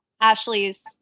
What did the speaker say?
Ashley's